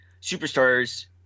superstars